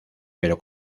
pero